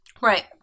Right